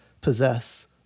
possess